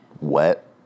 wet